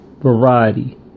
variety